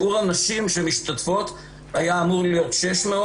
שיעור הנשים המשתתפות היה אמור להיות 600,